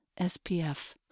SPF